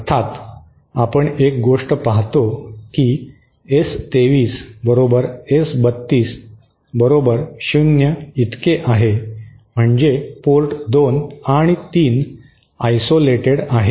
अर्थात आपण एक गोष्ट पाहतो की एस 23 बरोबर एस 32 बरोबर शून्य इतके आहे म्हणजे पोर्ट 2 आणि 3 आयसोलेटेड आहेत